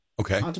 Okay